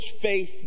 faith